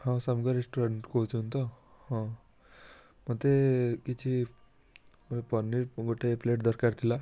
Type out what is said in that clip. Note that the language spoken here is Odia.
ହଁ ଶାମୁକା ରେଷ୍ଟୁରାଣ୍ଟ୍ କହୁଛନ୍ତି ତ ହଁ ମୋତେ କିଛି ପନିର୍ ଗୋଟେ ପ୍ଲେଟ୍ ଦରକାର ଥିଲା